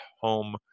home